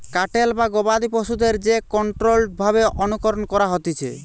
cattle বা গবাদি পশুদের যে কন্ট্রোল্ড ভাবে অনুকরণ করা হতিছে